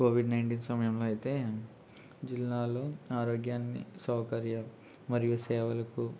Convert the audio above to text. Covid nineteen సమయంలో అయితే జిల్లాలో ఆరోగ్యాన్ని సౌకర్యాలు మరియు సేవలకు